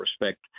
respect